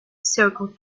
circle